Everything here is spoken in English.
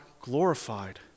glorified